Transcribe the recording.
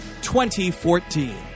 2014